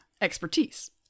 expertise